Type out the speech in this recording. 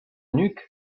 nuque